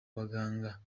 baganga